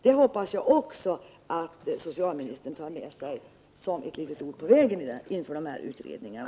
Detta hoppas jag att socialministern tar med sig som ett litet ord på vägen inför utredningen.